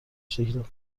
شکل